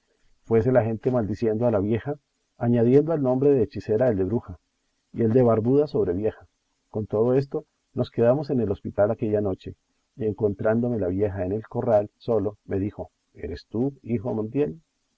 fuese la gente maldiciendo a la vieja añadiendo al nombre de hechicera el de bruja y el de barbuda sobre vieja con todo esto nos quedamos en el hospital aquella noche y encontrándome la vieja en el corral solo me dijo eres tú hijo montiel